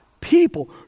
people